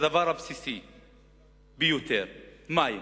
הדבר הבסיסי ביותר, מים.